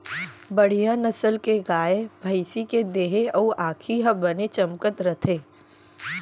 बड़िहा नसल के गाय, भँइसी के देहे अउ आँखी ह बने चमकत रथे